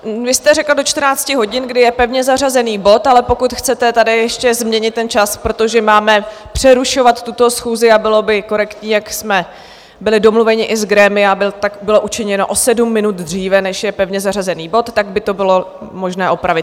Vy jste řekla do 14 hodin, kdy je pevně zařazený bod, ale pokud chcete tady ještě změnit ten čas, protože máme přerušovat tuto schůzi a bylo by korektní, jak jsme byli domluvení i z grémia, aby tak bylo učiněno o sedm minut dříve, než je pevně zařazený bod, tak by to bylo možné opravit.